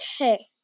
okay